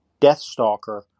Deathstalker